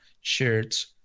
shirts